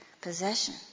possession